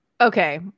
Okay